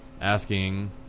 asking